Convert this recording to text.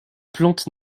plante